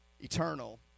eternal